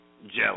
Jealous